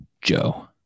Joe